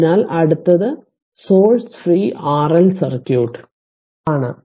അതിനാൽ അടുത്തത് source free RL circuit ആണ്